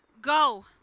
Go